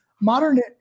modern